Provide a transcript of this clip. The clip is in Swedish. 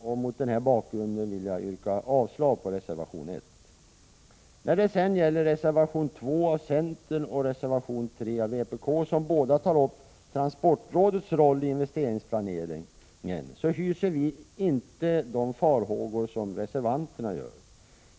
Och mot den här bakgrunden vill jag yrka avslag på reservation 1. När det sedan gäller reservation 2 av centern och reservation 3 av vpk, som båda tar upp Transportrådets roll i investeringsplaneringen, hyser vi inte de farhågor som reservanterna gör.